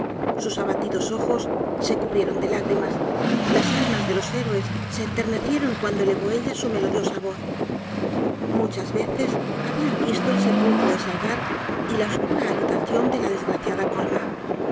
sus abatidos ojos se cubrieron de lágrimas las almas délos héroes se enternecieron cuando elevó ella su melodiosa voz muchas veces habían visto el sepulcro de salgar y la oscura habitación de la desgraciada coima